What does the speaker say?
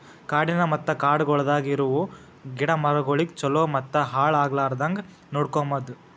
ಕಾಡಿನ ಮತ್ತ ಕಾಡಗೊಳ್ದಾಗ್ ಇರವು ಗಿಡ ಮರಗೊಳಿಗ್ ಛಲೋ ಮತ್ತ ಹಾಳ ಆಗ್ಲಾರ್ದಂಗ್ ನೋಡ್ಕೋಮದ್